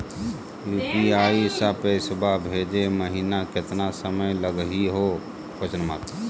UPI स पैसवा भेजै महिना केतना समय लगही हो?